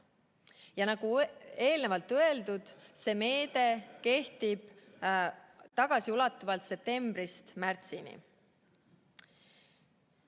Nagu eelnevalt öeldud, see meede kehtib tagasiulatuvalt septembrist märtsini.